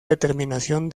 determinación